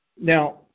Now